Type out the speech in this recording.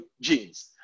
genes